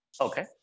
Okay